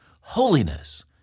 holiness